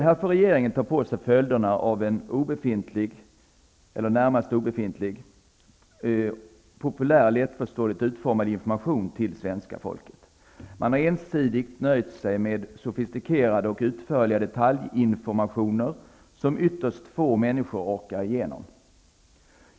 Här får regeringen ta på sig följderna av en närmast obefintlig populär och lättförståeligt utformad information till svenska folket. Man har ensidigt nöjt sig med sofistikerade och utförliga detaljinformationer, som ytterst få människor orkar gå igenom.